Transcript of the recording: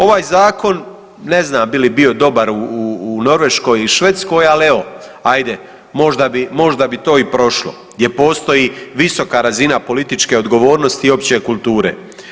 Ovaj zakon ne znam bi li bio dobar u Norveškoj ili Švedskoj ali evo ajde možda bi, možda bi to i prošlo gdje postoji visoka razina političke odgovornosti i opće kulture.